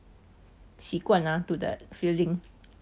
习惯 ah to that feeling